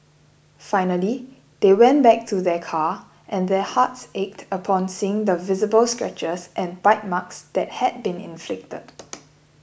finally they went back to their car and their hearts ached upon seeing the visible scratches and bite marks that had been inflicted